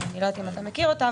אני לא יודעת אם אתה מכיר אותה,